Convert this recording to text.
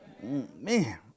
Man